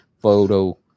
photo